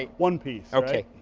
one piece. okay.